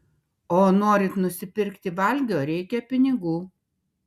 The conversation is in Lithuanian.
o norint nusipirkti valgio reikia pinigų